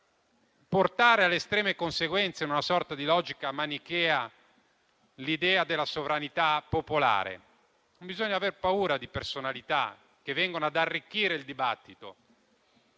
portare alle estreme conseguenze, in una sorta di logica manichea, l'idea della sovranità popolare? Non bisogna aver paura di personalità che vengono ad arricchire il dibattito.